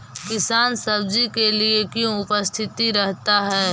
किसान सब्जी के लिए क्यों उपस्थित रहता है?